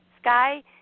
sky